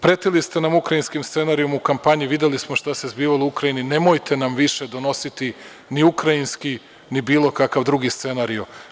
Pretili ste nam Ukrajinskim scenarijom u kampanji, videli smo šta se zbivalo u Ukrajini, nemojte nam više donositi ni Ukrajinski ni bilo kakav drugi scenario.